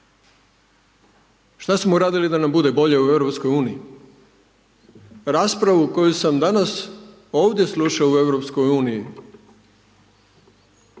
Šta smo uradili da nam bude bolje u Europskoj uniji, raspravu koju sam danas ovdje slušao o